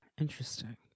Interesting